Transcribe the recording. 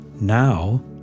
Now